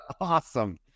awesome